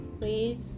please